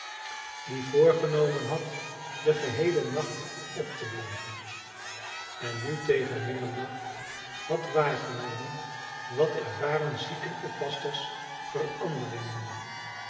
die voorgenomen had den geheelen nacht op te blijven en nu tegen middernacht had waargenomen wat ervaren ziekenoppassters verandering noemen